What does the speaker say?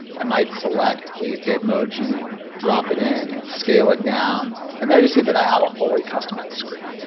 i might select a bitmoji drop it in scale it down. and there you see that i have a fully customized screen.